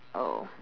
oh